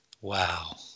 Wow